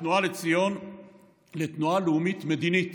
התנועה לציון לתנועה לאומית מדינית,